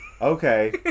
Okay